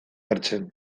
hartzen